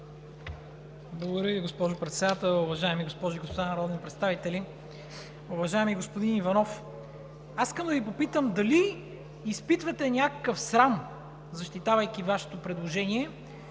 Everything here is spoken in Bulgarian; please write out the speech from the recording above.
Ви, госпожо Председател. Уважаеми дами и господа народни представители! Уважаеми господин Иванов, аз искам да Ви попитам дали изпитвате някакъв срам, защитавайки Вашето предложение,